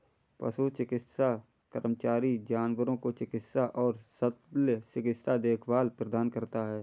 पशु चिकित्सा कर्मचारी जानवरों को चिकित्सा और शल्य चिकित्सा देखभाल प्रदान करता है